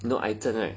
you know 癌症 orh